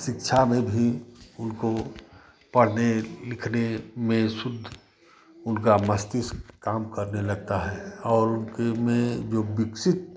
शिक्षा में भी उनको पढ़ने लिखने में शुद्ध उनका मस्तिस्क काम करने लगता है और उनके में जो विकसित